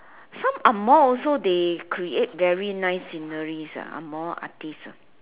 some angmoh also they create very nice sceneries ah angmoh artist ah